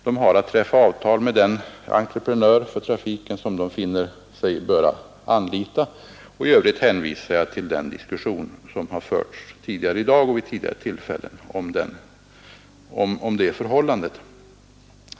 De har att träffa avtal med den entreprenör för trafiken som de finner sig böra anlita. — I övrigt hänvisar jag till den diskussion som förts tidigare i dag och vid tidigare tillfällen om det förhållandet.